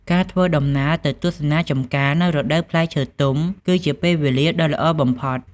ការធ្វើដំណើរទៅទស្សនាចម្ការនៅរដូវផ្លែឈើទុំគឺជាពេលវេលាដ៏ល្អបំផុត។